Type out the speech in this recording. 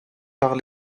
par